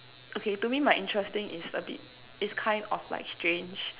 okay to me my interesting is a bit is kind of like strange